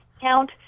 count